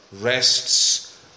rests